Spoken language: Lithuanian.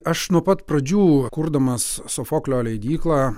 aš nuo pat pradžių kurdamas sofoklio leidyklą